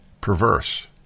perverse